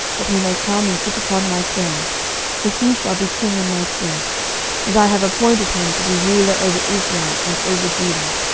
that he may come and sit upon my throne for he shall be king in my stead and i have appointed him to be ruler over israel and over judah.